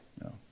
No